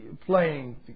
playing